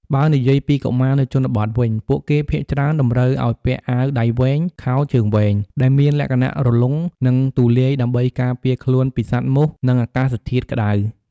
បើនិយាយពីកុមារនៅជនបទវិញ ពួកគេភាគច្រើនតម្រូវឲ្យពាក់អាវដៃវែងខោជើងវែងដែលមានលក្ខណៈរលុងនិងទូលាយដើម្បីការពារខ្លួនពីសត្វមូសនិងអាកាសធាតុក្ដៅ។